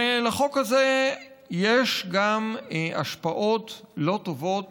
ולחוק הזה יש גם השפעות לא טובות